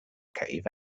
cave